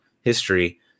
history